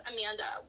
Amanda